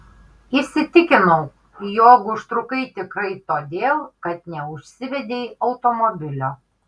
įsitikinau jog užtrukai tikrai todėl kad neužsivedei automobilio